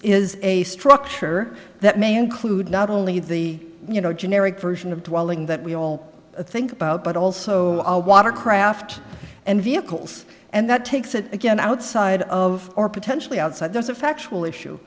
is a structure that may include not only the you know generic version of dwelling that we all think about but also water craft and vehicles and that takes it again outside of our potentially outside there's a factual issue